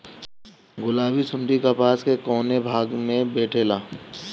गुलाबी सुंडी कपास के कौने भाग में बैठे ला?